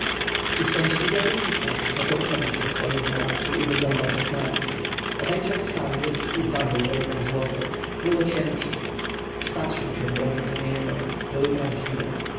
uszczęśliwiony pisarz zaczął chodzić po swoim pałacu i wyglądać oknami obejrzał skarbiec i zważył w rękach złoto było ciężkie przypatrzył się drogim kamieniom były prawdziwe